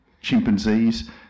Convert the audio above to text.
chimpanzees